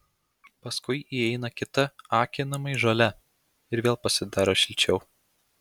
paskui įeina kita akinamai žalia ir vėl pasidaro šilčiau